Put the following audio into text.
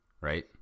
right